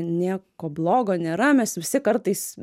nieko blogo nėra mes visi kartais